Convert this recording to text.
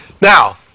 Now